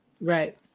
Right